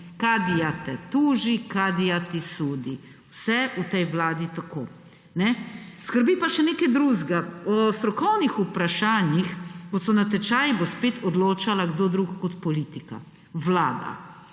Kadija te tuži, kadija te sudi. Vse je v tej vladi tako. Skrbi pa še nekaj drugega. O strokovnih vprašanjih, kot so natečaji, bo spet odločala kdo drug kot politika, vlada,